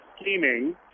scheming